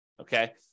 okay